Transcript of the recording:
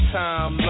time